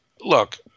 look